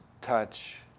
touch